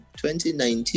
2019